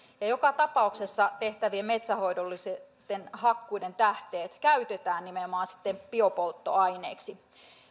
ja joka tapauksessa tehtävien metsänhoidollisten hakkuiden tähteet käytetään nimenomaan biopolttoaineeksi